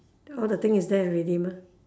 all the thing is there already mah